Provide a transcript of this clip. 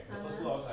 (uh huh)